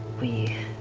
we